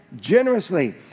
generously